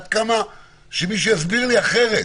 עד כמה שמישהו יסביר לי אחרת.